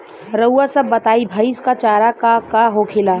रउआ सभ बताई भईस क चारा का का होखेला?